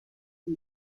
for